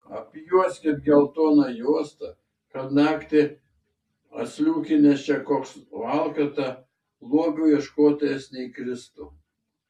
apjuoskit geltona juosta kad naktį atsliūkinęs čia koks valkata lobių ieškotojas neįkristų